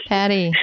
Patty